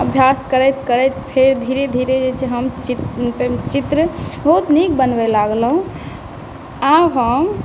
अभ्यास करैत करैत फेर धीरे धीरे जे छै हम चित्र बहुत नीक बनबै लगलहुँ आब हम